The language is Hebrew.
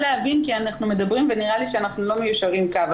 לא, אנחנו מדברים ונראה לי שאנחנו לא מיושרים קו.